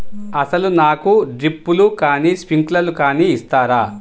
అసలు నాకు డ్రిప్లు కానీ స్ప్రింక్లర్ కానీ ఇస్తారా?